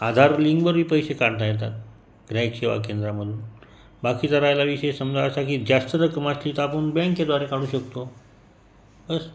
आधार लिंकवरही पैसे काढता येतात ग्राहक सेवा केंद्रामधून बाकीचा राहिला विषय समजा असा की जास्त रक्कम असली तर आपण बँकेद्वारे काढू शकतो असं